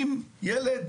אם ילד,